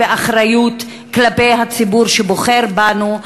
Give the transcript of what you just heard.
באחריות כלפי הציבור שבוחר בנו,